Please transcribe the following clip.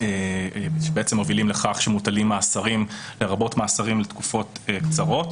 שבעצם מובילים לכך שמוטלים מאסרים לרבות מאסרים לתקופות קצרות